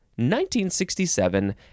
1967